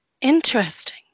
Interesting